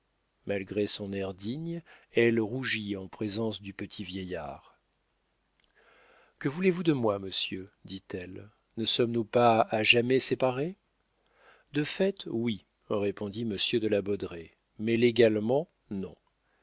malgré son air digne elle rougit en présence du petit vieillard que voulez-vous de moi monsieur dit-elle ne sommes-nous pas à jamais séparés de fait oui répondit monsieur de la baudraye mais légalement non